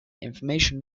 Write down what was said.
information